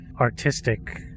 artistic